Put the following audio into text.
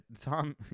Tom